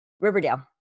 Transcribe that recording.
Riverdale